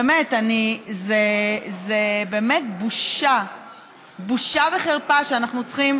באמת, זאת באמת בושה וחרפה שאנחנו צריכים